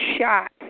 shot